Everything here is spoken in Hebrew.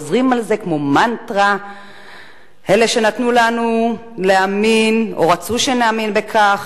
חוזרים על זה כמו מנטרה אלה שנתנו לנו להאמין או רצו שנאמין בכך,